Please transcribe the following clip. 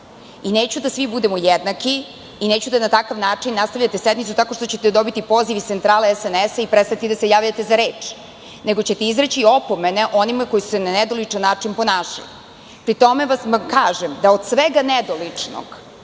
Neću da svi budemo jednaki, neću da na takav način nastavljamo sednicu, tako što ćete dobiti poziv iz centrale SMS i prestati da se javljate za reč, nego ćete izreći opomene onima koji se na nedoličan način ponašaju. Pri tome vam kažem da od svega nedoličnog,